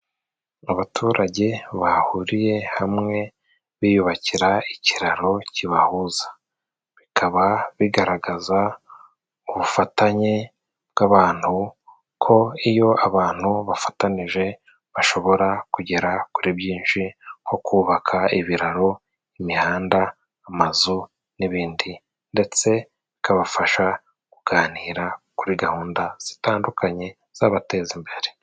Abaturage bahuriye hamwe biyubakira ikiraro kibahuza bikaba bigaragaza ubufatanye bw'abantu, ko iyo abantu bafatanyije bashobora kugera kuri byinshi nko: kubaka ibiraro ,imihanda, amazu n'ibindi ndetse bikabafasha kuganira kuri gahunda zitandukanye zabateza imbere.